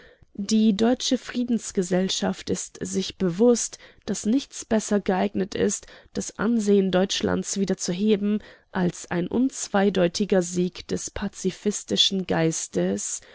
die deutsche friedensgesellschaft ist sich bewußt daß nichts besser geeignet ist das ansehen deutschlands wieder zu heben als ein unzweideutiger sieg des pazifistischen geistes